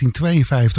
1952